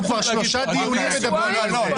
אנחנו כבר שלושה דיונים מדברים על זה.